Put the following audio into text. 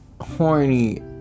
horny